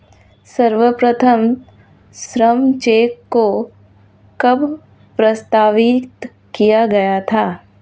सर्वप्रथम श्रम चेक को कब प्रस्तावित किया गया था?